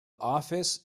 office